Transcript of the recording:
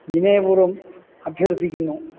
വിനയപൂർവ്വം അഭ്യർത്ഥിക്കുന്നു